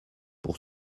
pour